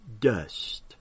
dust